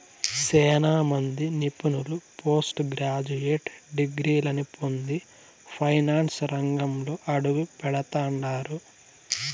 సేనా మంది నిపుణులు పోస్టు గ్రాడ్యుయేట్ డిగ్రీలని పొంది ఫైనాన్సు రంగంలో అడుగుపెడతండారు